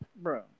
Bro